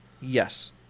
Yes